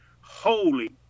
holy